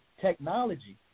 technology